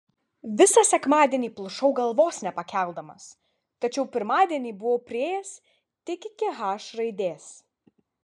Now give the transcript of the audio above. visą sekmadienį plušau galvos nepakeldamas tačiau pirmadienį buvau priėjęs tik iki h raidės